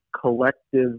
collective